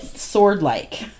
sword-like